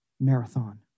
marathon